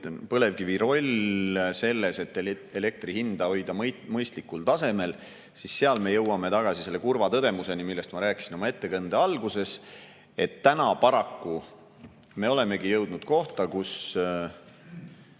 põlevkivi rolli kohta selles, et elektri hinda hoida mõistlikul tasemel –, siis me jõuame tagasi kurva tõdemuseni, millest ma rääkisin oma ettekande alguses, et paraku me olemegi jõudnud kohta, kus